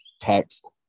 text